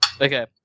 Okay